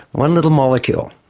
one little molecule.